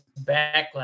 backlash